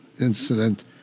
incident